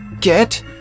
Get